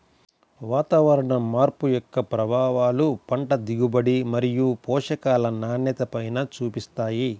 వాతావరణ మార్పు యొక్క ప్రభావాలు పంట దిగుబడి మరియు పోషకాల నాణ్యతపైన చూపిస్తాయి